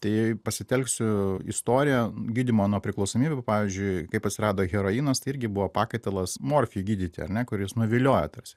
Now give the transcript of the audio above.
tai pasitelksiu istoriją gydymo nuo priklausomybių pavyzdžiui kaip atsirado heroinas tai irgi buvo pakaitalas morfijui gydyti ar ne kuris nuvilioja tarsi